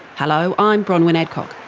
hello, i'm bronwyn adcock,